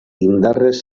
indarrez